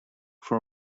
for